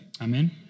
Amen